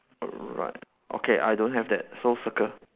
alright okay I don't have that so circle